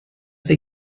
they